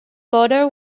border